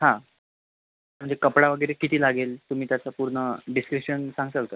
हा म्हणजे कपडा वगैरे किती लागेल तुम्ही त्याचं पूर्ण डिस्क्रीप्शन सांगशाल का